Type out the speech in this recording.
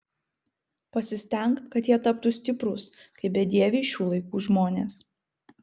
pasistenk kad jie taptų stiprūs kaip bedieviai šių laikų žmonės